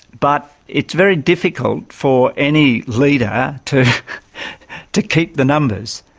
but it's very difficult for any leader to to keep the numbers.